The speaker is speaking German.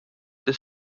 des